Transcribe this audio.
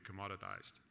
commoditized